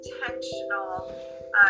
intentional